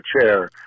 chair